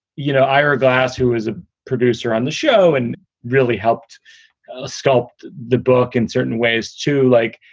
you know, ira glass, who is a producer on the show and really helped sculpt the book in certain ways to like